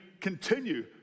continue